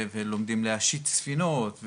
ולומדים להשיט ספינות,